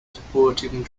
supporting